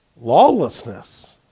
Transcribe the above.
Lawlessness